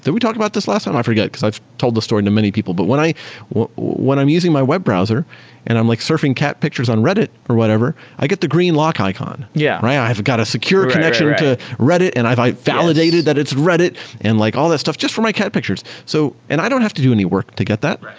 we talked about this last time? i forget, because i've told the story to many people but when i when when i'm using my web browser and i'm like surfing cat pictures on reddit or whatever, i get the green lock icon, yeah right? i've got a secure connection to reddit and i've validated that it's reddit and like all that stuff just for my cat pictures. so and i don't have to do any work to get that.